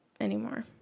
anymore